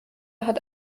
hat